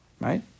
Right